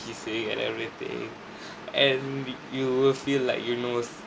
saying and everything and you will feel like you know